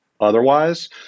otherwise